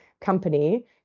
company